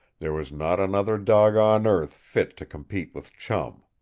there was not another dog on earth fit to compete with chum.